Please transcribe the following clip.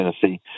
Tennessee